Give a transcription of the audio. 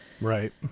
right